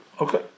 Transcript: Okay